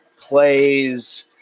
plays